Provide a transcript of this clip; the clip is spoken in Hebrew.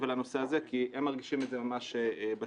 על הנושא הזה כי הם מרגישים את זה ממש בשטח.